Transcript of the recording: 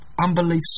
Unbelief